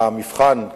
המבחן,